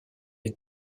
est